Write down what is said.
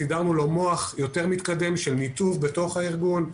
סידרנו מוח יותר מתקדם של ניתוב בתוך הארגון,